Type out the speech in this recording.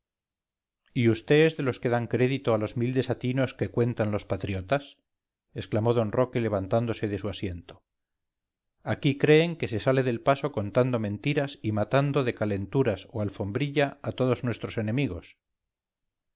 y vd es de los que dan crédito a los mil desatinos que cuentan los patriotas exclamó d roque levantándose de su asiento aquí creen que se sale del paso contando mentiras y matando de calenturas o alfombrilla a todos nuestros enemigos